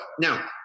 now